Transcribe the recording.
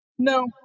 No